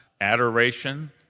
Adoration